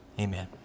Amen